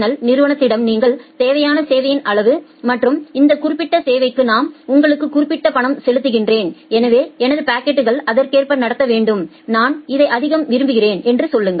L நிறுவனத்திடம் நீங்கள் தேவையான சேவையின் அளவு மற்றும் இந்த குறிப்பிட்ட சேவைக்கு நான் உங்களுக்கு குறிப்பிட்ட பணம் செலுத்துகிறேன் எனவே எனது பாக்கெட்கள் அதற்கேற்ப நடத்த வேண்டும் நான் இதை அதிகம் விரும்புகிறேன் என்று சொல்லுங்கள்